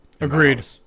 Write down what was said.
Agreed